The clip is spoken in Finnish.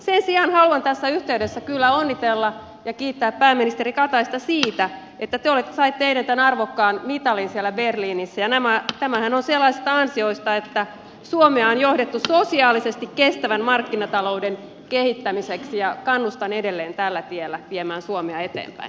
sen sijaan haluan tässä yhteydessä kyllä onnitella ja kiittää pääministeri kataista siitä että te saitte eilen tämän arvokkaan mitalin siellä berliinissä ja sehän on sellaisista ansioista että suomea on johdettu sosiaalisesti kestävän markkinatalouden kehittämiseksi ja kannustan edelleen tällä tiellä viemään suomea eteenpäin